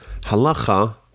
Halacha